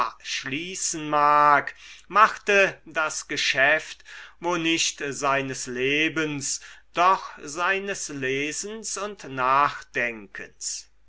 schließen mag machte das geschäft wo nicht seines lebens doch seines lesens und nachdenkens